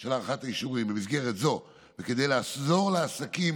של הארכת האישורים: במסגרת זו, כדי לעזור לעסקים